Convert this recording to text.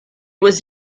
was